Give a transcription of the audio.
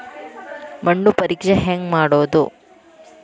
ಮಣ್ಣು ಪರೇಕ್ಷೆ ಹೆಂಗ್ ಮಾಡೋದು?